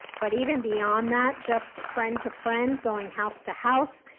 but even beyond that just friend-to-friend going house-to-house,